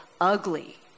ugly